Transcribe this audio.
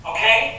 Okay